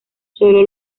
sólo